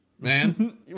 man